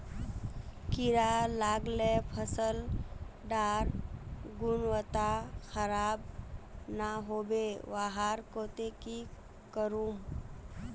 कीड़ा लगाले फसल डार गुणवत्ता खराब ना होबे वहार केते की करूम?